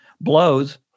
blows